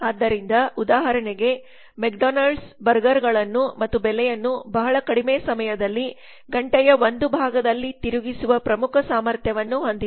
ಆದ್ದರಿಂದ ಉದಾಹರಣೆಗೆ ಮೆಕ್ಡೊನಾಲಡ್ಸ್ ಬರ್ಗರ್ಗಳನ್ನು ಮತ್ತು ಬೆಲೆಯನ್ನು ಬಹಳ ಕಡಿಮೆ ಸಮಯದಲ್ಲಿ ಗಂಟೆಯ ಒಂದು ಭಾಗದಲ್ಲಿ ತಿರುಗಿಸುವ ಪ್ರಮುಖ ಸಾಮರ್ಥ್ಯವನ್ನು ಹೊಂದಿದೆ